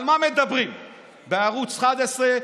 על מה מדברים בערוץ 11,